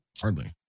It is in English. Hardly